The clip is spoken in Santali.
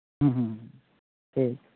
ᱦᱩᱸ ᱦᱩᱸ ᱦᱩᱸ ᱴᱷᱤᱠ